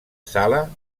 sala